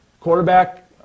Quarterback